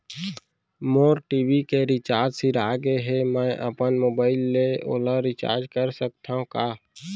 मोर TV के recharge सिरा गे हे, मैं अपन मोबाइल ले ओला रिचार्ज करा सकथव का?